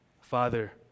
Father